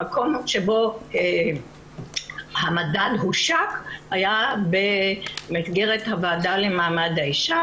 המקום שבו המדד הושק היה במסגרת הוועדה למעמד האישה